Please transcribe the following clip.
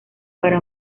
para